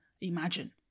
imagine